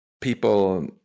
people